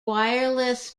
wireless